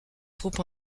troupes